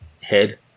head